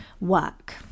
work